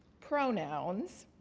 pronouns.